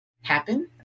happen